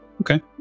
okay